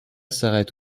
s’arrête